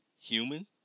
human